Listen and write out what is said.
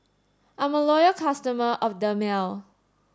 I'm a loyal customer of Dermale